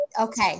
okay